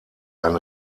ein